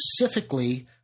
specifically